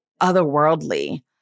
otherworldly